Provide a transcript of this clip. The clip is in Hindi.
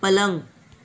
पलंग